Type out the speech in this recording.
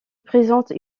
présente